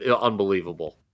unbelievable